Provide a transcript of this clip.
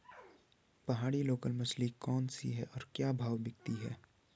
पहाड़ी लोकल मछली कौन सी है और क्या भाव बिकती है?